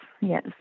Yes